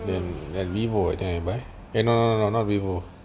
um at at vivo ah I think I buy eh no no no not vivo